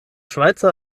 schweizer